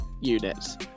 units